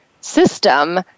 system